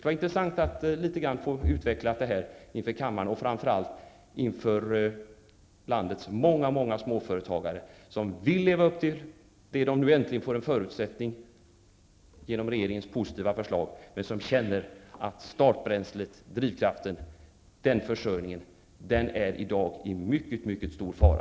Det vore intressant om näringsministern litet grand här i kammaren utvecklade detta, framför allt vore det intressant för landets många småföretagare, som vill leva upp till det som de nu äntligen får en förutsättning att leva upp till genom regeringens positiva förslag, men som känner att startbränslet och drivkraften i dag är i mycket stor fara.